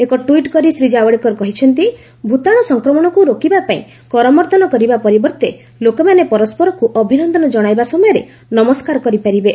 ଏକ ଟ୍ୱିଟ କରି ଶ୍ରୀ ଜାବ୍ଡେକର କହିଛନ୍ତି ଭୂତାଣୁ ସଂକ୍ରମଣକୁ ରୋକିବାପାଇଁ କରମର୍ଦ୍ଦନ କରିବା ପରିବର୍ତ୍ତେ ଲୋକମାନେ ପରସରକୁ ଅଭିନନ୍ଦନ କ୍ଷାଇବା ସମୟରେ ନମସ୍କାର କରିପାରିବେ